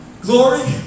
glory